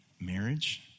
marriage